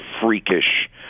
freakish